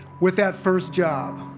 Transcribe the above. with that first job.